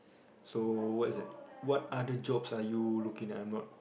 so what is that what other jobs are you looking I'm not